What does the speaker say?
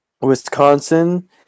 wisconsin